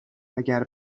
اگر